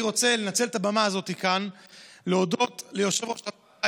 אני רוצה לנצל את הבמה הזאת כאן להודות ליושב-ראש הוועדה,